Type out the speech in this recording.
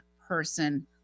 person